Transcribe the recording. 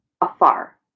afar